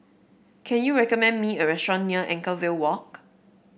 can you recommend me a restaurant near Anchorvale Walk